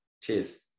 Cheers